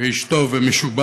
שהוא איש טוב ומשובח.